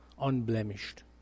unblemished